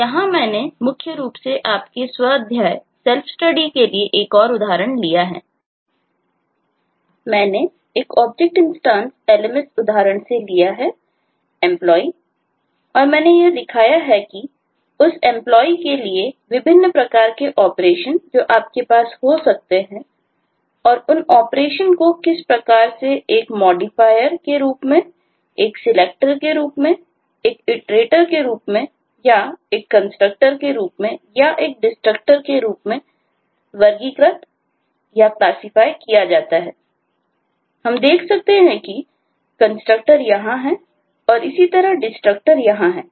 तो यहां मैंने मुख्य रूप से आपके स्वाध्यायसेल्फ स्टडी यहां है